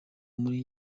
muri